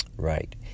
right